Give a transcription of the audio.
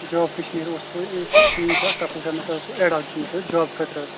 job کٔشیٖرِ اوس تُہۍ پیج اَکھ تَتھ اوس آمُت اَز سُہ ایٚڈ اَکھ دیُتمُت حظ جاب خٲطرٕ حظ